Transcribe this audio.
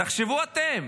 תחשבו אתם.